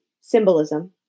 Symbolism